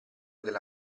della